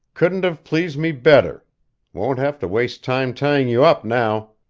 couldn't have pleased me better won't have to waste time tying you up now.